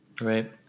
right